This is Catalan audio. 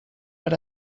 per